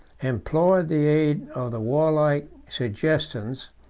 implored the aid of the warlike segestans,